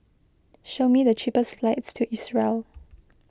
show me the cheapest flights to Israel